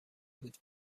بود